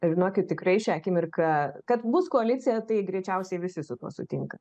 žinokit tikrai šią akimirką kad bus koalicija tai greičiausiai visi su tuo sutinka